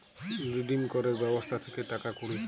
redeem ক্যরের ব্যবস্থা থাক্যে টাকা কুড়ি